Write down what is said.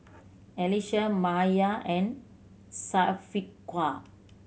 Alyssa Maya and Syafiqah